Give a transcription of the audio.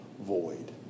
void